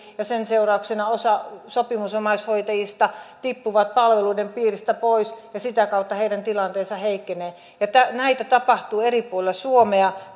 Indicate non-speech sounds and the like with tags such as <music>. ja sen seurauksena osa sopimusomaishoitajista tippuu palveluiden piiristä pois ja sitä kautta heidän tilanteensa heikkenee näitä tapahtuu eri puolilla suomea <unintelligible>